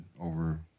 over